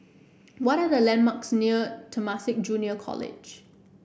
what are the landmarks near Temasek Junior College